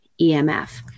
EMF